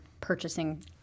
purchasing